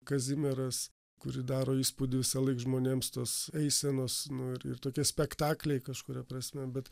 kazimieras kuri daro įspūdį visąlaik žmonėms tos eisenos nu ir ir tokie spektakliai kažkuria prasme bet